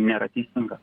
nėra teisinga